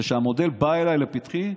וכשהמודל בא אליי, לפתחי,